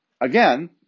again